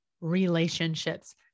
relationships